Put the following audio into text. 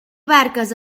barques